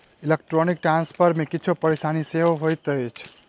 electronic transfer मे किछु परेशानी सेहो होइत अछि